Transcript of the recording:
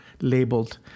labeled